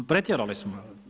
Pretjerali smo.